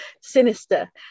sinister